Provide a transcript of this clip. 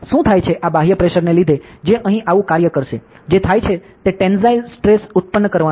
શું થાય છે આ બાહ્ય પ્રેશરને લીધે જે અહીં આવું કાર્ય કરશે જે થાય છે તે ટેન્સાઇલ સ્ટ્રેસ ઉત્પન્ન થવાનું છે